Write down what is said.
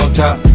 top